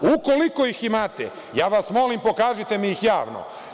Ukoliko ih imate, ja vas molim pokažite mi ih javno.